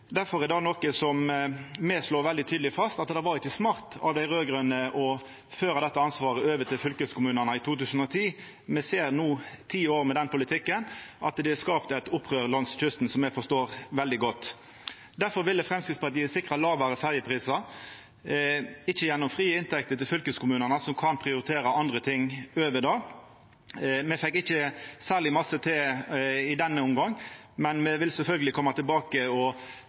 me veldig tydeleg fast at det ikkje var smart av dei raud-grøne å føra dette ansvaret over til fylkeskommunane i 2010. Me ser at ti år med den politikken har skapt eit opprør langs kysten som eg forstår veldig godt. Difor ville Framstegspartiet sikra lågare ferjeprisar – ikkje gjennom frie inntekter til fylkeskommunane, som kan prioritera andre ting før det. Me fekk ikkje særleg mykje til i denne omgangen, men me vil sjølvsagt koma tilbake